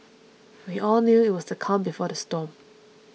we all knew that it was the calm before the storm